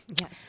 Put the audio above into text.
Yes